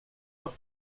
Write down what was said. dos